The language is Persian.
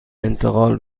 انتقال